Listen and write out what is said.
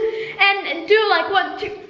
and and do like one, two,